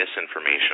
misinformation